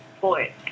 Boy